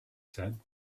said